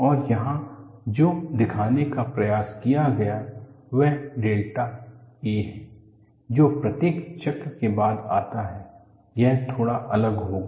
और यहां जो दिखाने का प्रयास किया गया है वह डेल्टा a है जो प्रत्येक चक्र के बाद आता हैं वह थोड़ा अलग होगा